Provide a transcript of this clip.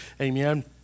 Amen